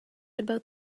about